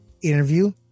interview